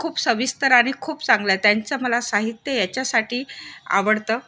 खूप सविस्तर आणि खूप चांगलं आहे त्यांचं मला साहित्य याच्यासाठी आवडतं